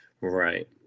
right